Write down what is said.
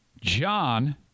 John